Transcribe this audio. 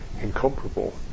incomparable